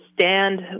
stand